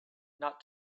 not